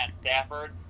Stafford